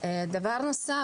דבר נוסף,